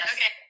Okay